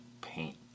paint